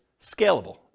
scalable